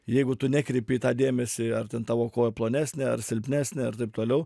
jeigu tu nekreipi į tą dėmesį ar ten tavo koja plonesnė ar silpnesnė ir taip toliau